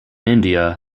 india